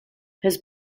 his